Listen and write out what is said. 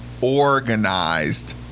organized